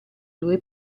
due